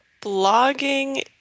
Blogging